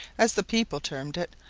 as the people termed it,